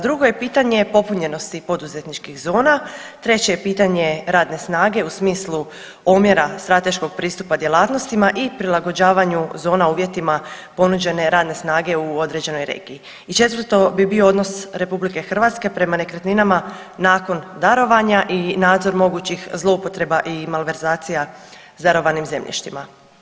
Drugo je pitanje popunjenosti poduzetničkih zona, treće je pitanje radne snage u smislu omjera strateškog pristupa djelatnostima i prilagođavanju zona uvjetima ponuđene radne snage u određenoj regiji i četvrto bi bio odnos RH prema nekretninama nakon darovanja i nadzor mogućih zloupotreba i malverzacija s darovanim zemljištima.